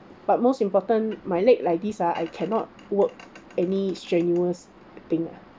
but most important my leg like this ah I cannot work any strenuous thing ah